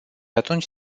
atunci